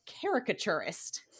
caricaturist